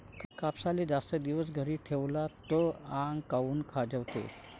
कापसाले जास्त दिवस घरी ठेवला त आंग काऊन खाजवते?